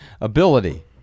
ability